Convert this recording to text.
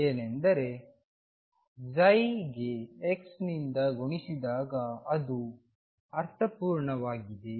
ಏನೆಂದರೆ ಗೆ xನಿಂದ ಗುಣಿಸಿದಾಗ ಅದು ಅರ್ಥಪೂರ್ಣವಾಗಿದೆಯೇ